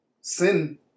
sin